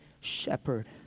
shepherd